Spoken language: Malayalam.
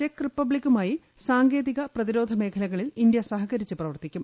ചെക്ക് റിപ്പബ്ലിക്കുമായി സാങ്കേതിക പ്രതിരോധ മേഖലകളിൽ ഇന്ത്യ സഹകരിച്ച് പ്രവർത്തിക്കും